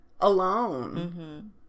Alone